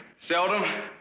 Seldom